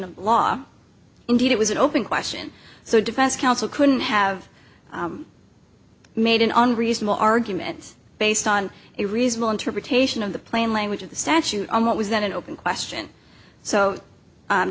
the law indeed it was an open question so defense counsel couldn't have made an unreasonable argument based on a reasonable interpretation of the plain language of the statute on what was then an open question so